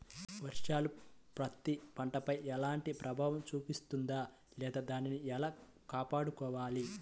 వర్షాలు పత్తి పంటపై ఎలాంటి ప్రభావం చూపిస్తుంద లేదా దానిని ఎలా కాపాడుకోవాలి?